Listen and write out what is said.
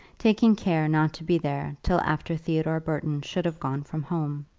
taking care not to be there till after theodore burton should have gone from home.